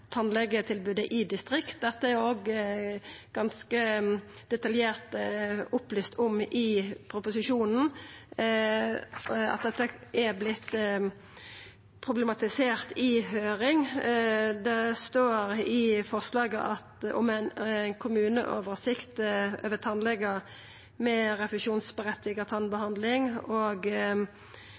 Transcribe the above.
i distrikta. Dette er òg ganske detaljert opplyst om i proposisjonen, at dette har vorte problematisert i høyring. Det står i forslaget om ei kommuneoversikt over